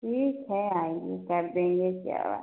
ठीक है आइए कर देंगे क्या वा